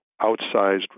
outsized